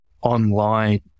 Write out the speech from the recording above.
online